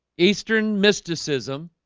eastern mysticism